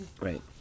Right